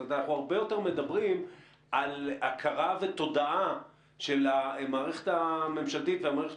אנחנו הרבה יותר מדברים על הכרה ותודעה של המערכת הממשלתית והמערכת